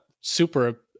super